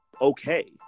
okay